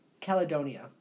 Caledonia